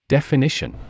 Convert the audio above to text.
Definition